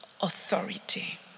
authority